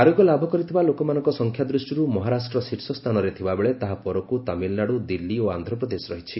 ଆରୋଗ୍ୟ ଲାଭ କରିଥିବା ଲୋକମାନଙ୍କ ସଂଖ୍ୟା ଦୃଷ୍ଟିରୁ ମହାରାଷ୍ଟ୍ର ଶୀର୍ଷ ସ୍ଥାନରେ ଥିବା ବେଳେ ତାହା ପରକୁ ତାମିଲନାଡ଼ୁ ଦିଲ୍ଲୀ ଓ ଆନ୍ଧ୍ୟପ୍ରଦେଶ ରହିଛି